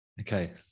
Okay